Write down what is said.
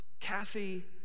Kathy